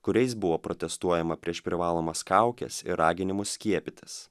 kuriais buvo protestuojama prieš privalomas kaukes ir raginimus skiepytis